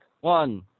one